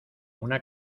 una